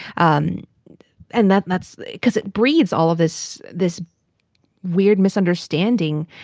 um and that that's because it breeds all of this this weird misunderstanding.